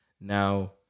Now